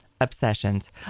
obsessions